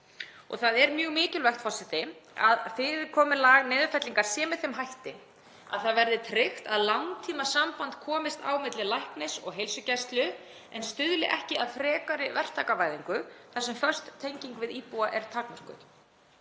Það er mjög mikilvægt, forseti, að fyrirkomulag niðurfellingar sé með þeim hætti að það verði tryggt að langtímasamband komist á milli læknis og heilsugæslu en stuðli ekki að frekari verktakavæðingu þar sem föst tenging við íbúa er takmörkuð.